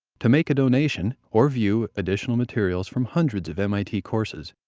to make a donation or view additional materials from hundreds of mit courses,